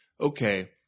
okay